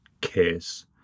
case